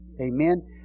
Amen